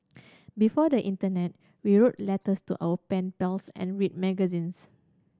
before the internet we wrote letters to our pen pals and read magazines